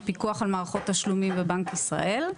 מהפיקוח על מערכות תשלומים בבנק ישראל.